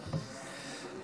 בבקשה.